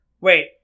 Wait